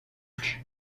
plus